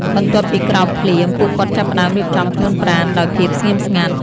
បន្ទាប់ពីក្រោកភ្លាម ពួកគាត់ចាប់ផ្តើមរៀបចំខ្លួនប្រាណដោយភាពស្ងៀមស្ងាត់។